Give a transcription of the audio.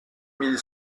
mille